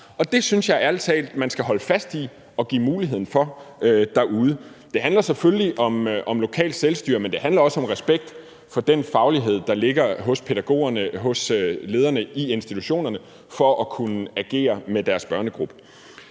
Det synes jeg ærlig talt man skal holde fast i at give mulighed for derude. Det handler selvfølgelig om lokalt selvstyre, men det handler også om respekt for den faglighed, der ligger hos pædagogerne, hos lederne i institutionerne, i forhold til at kunne agere med deres børnegruppe.